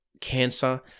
cancer